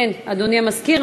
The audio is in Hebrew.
אדוני המזכיר,